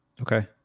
Okay